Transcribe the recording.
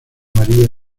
maría